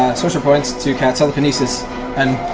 and sorcerer points to cast telekinesis and